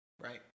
Right